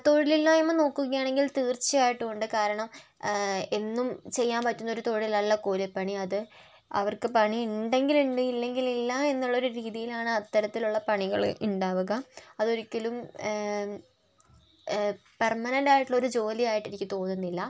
തൊഴിലില്ലായ്മ നോക്കുകയാണെങ്കിൽ തീർച്ചയായിട്ടുമുണ്ട് കാരണം എന്നും ചെയ്യാന് പറ്റുന്നൊരു തൊഴിലല്ല കൂലിപ്പണി അത് അവർക്ക് പണിയുണ്ടെങ്കിലുണ്ട് ഇല്ലെങ്കിലില്ല എന്നുള്ളൊരു രീതിയിലാണ് അത്തരത്തിലുള്ള പണികള് ഉണ്ടാവുക അതൊരിക്കലും പെർമെനൻറ്റായിട്ടുള്ളൊരു ജോലിയായിട്ട് എനിക്ക് തോന്നുന്നില്ല